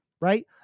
Right